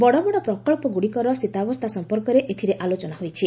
ବଡ଼ବଡ଼ ପ୍ରକଳ୍ପଗୁଡ଼ିକର ସ୍ଥିତାବସ୍ଥା ସଂପର୍କରେ ଏଥିରେ ଆଲୋଚନା ହୋଇଛି